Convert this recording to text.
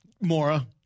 Mora